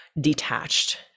detached